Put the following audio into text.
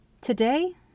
Today